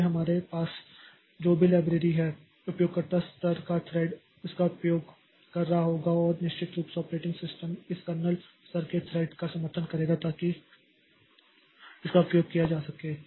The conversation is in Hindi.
इसलिए हमारे पास जो भी लाइब्रेरी है उपयोगकर्ता स्तर का थ्रेड इसका उपयोग कर रहा होगा और निश्चित रूप से ऑपरेटिंग सिस्टम इस कर्नेल स्तर के थ्रेड का समर्थन करेगा ताकि इसका उपयोग किया जा सके